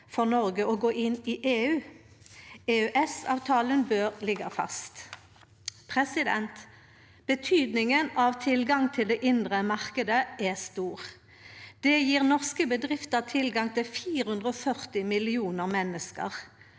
for Noreg å gå inn i EU. EØS-avtalen bør liggje fast. Betydninga av tilgang til den indre marknaden er stor. Det gjev norske bedrifter tilgang til 440 millionar menneske.